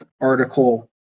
article